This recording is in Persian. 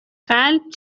قلب